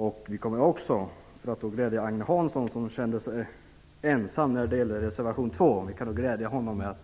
Jag kan också glädja Agne Hansson, som kände sig ensam när det gällde reservation 2, med att